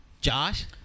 Josh